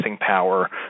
power